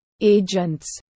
agents